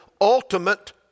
ultimate